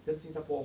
跟新加坡